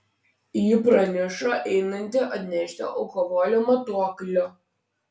ji praneša einanti atnešti alkoholio matuoklio